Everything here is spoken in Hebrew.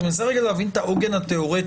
אני מנסה להבין את העוגן התיאורטי.